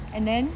and then